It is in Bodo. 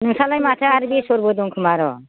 नोंस्रालाय माथो आरो बेसरबो दं खोमा र'